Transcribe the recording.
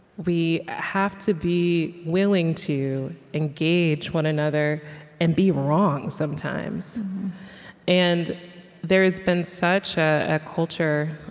we have to be willing to engage one another and be wrong sometimes and there has been such a culture